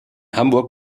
hamburg